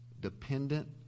dependent